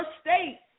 state